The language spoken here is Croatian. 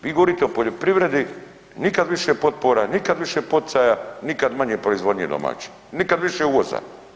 Vi govorite o poljoprivredi, nikad više potpora, nikad više poticaja, nikad manje proizvodnje domaće, nikad više uvoza.